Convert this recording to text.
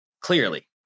clearly